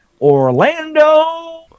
Orlando